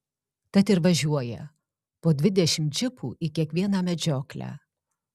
tad ir važiuoja po dvidešimt džipų į kiekvieną medžioklę